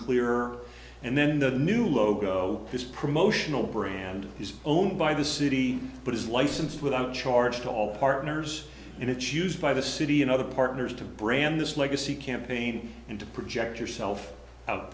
clearer and then the new logo is promotional brand is owned by the city but is license without charge to all partners and it's used by the city and other partners to brand this legacy campaign and to project yourself out